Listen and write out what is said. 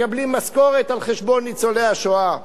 מקבלים משכורת על חשבון ניצולי השואה.